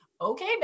Okay